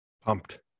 Pumped